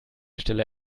stelle